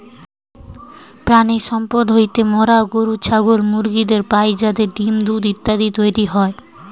প্রাণিসম্পদ হইতে মোরা গরু, ছাগল, মুরগিদের পাই যাতে ডিম্, দুধ ইত্যাদি উৎপাদন হয়